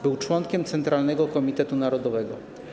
Był członkiem Centralnego Komitetu Narodowego.